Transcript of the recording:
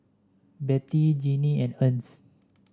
Bette Jinnie and Ernst